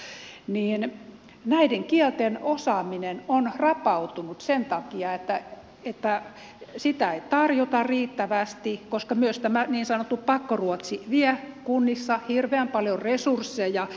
nämä ovat erikoisia kieliä ja näiden kielten osaaminen on rapautunut sen takia että niitä ei tarjota riittävästi koska myös tämä niin sanottu pakkoruotsi vie kunnissa hirveän paljon resursseja